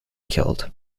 killed